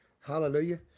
Hallelujah